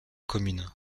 communes